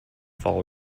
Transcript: fall